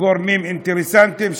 גורמים אינטרסנטיים,